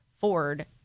Ford